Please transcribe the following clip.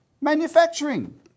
Manufacturing